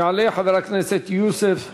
יעלה חבר הכנסת יוסף ג'בארין,